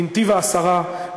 בנתיב-העשרה,